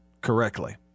correctly